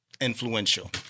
influential